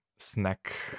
Snack